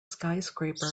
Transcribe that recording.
skyscraper